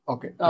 Okay